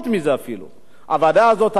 הוועדה הזאת עשתה עבודה מצוינת.